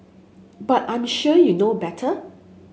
but I'm sure you know better